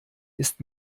ist